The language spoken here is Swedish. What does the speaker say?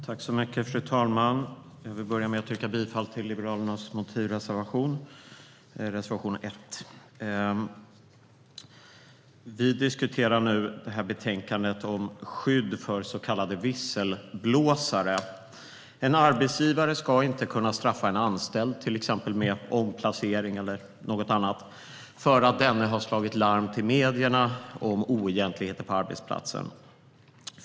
Fru talman! Jag vill börja med att yrka bifall till Liberalernas reservation 1. Vi diskuterar nu betänkandet om skydd för så kallade visselblåsare. En arbetsgivare ska inte kunna straffa en anställd, till exempel genom omplacering eller något annat, för att denne har slagit larm till medierna om oegentligheter på arbetsplatsen.